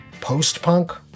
Post-punk